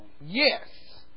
Yes